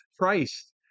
Christ